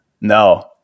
No